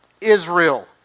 Israel